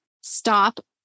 stop